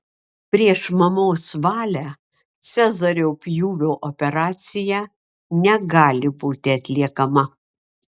prieš mamos valią cezario pjūvio operacija negali būti atliekama